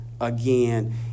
again